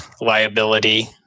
liability